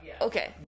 Okay